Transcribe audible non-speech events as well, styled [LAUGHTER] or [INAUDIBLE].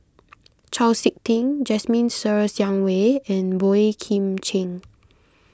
[NOISE] Chau Sik Ting Jasmine Ser Xiang Wei and Boey Kim Cheng